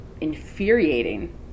infuriating